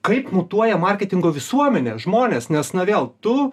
kaip mutuoja marketingo visuomenė žmonės nes na vėl tu